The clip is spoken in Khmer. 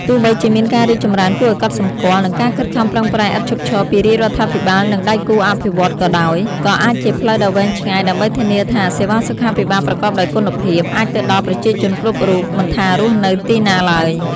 ទោះបីជាមានការរីកចម្រើនគួរឱ្យកត់សម្គាល់ និងការខិតខំប្រឹងប្រែងឥតឈប់ឈរពីរាជរដ្ឋាភិបាល និងដៃគូអភិវឌ្ឍន៍ក៏ដោយ ក៏អាចជាផ្លូវដ៏វែងឆ្ងាយ ដើម្បីធានាថាសេវាសុខាភិបាលប្រកបដោយគុណភាព អាចទៅដល់ប្រជាជនគ្រប់រូប មិនថារស់នៅទីណាឡើយ។